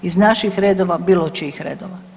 Iz naših redova, bilo čijih redova.